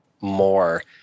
more